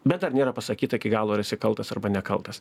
bet dar nėra pasakyta iki galo ar esi kaltas arba nekaltas